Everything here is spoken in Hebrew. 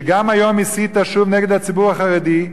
שגם היום הסיתה שוב נגד הציבור החרדי,